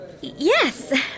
Yes